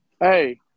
Hey